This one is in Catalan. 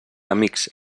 amics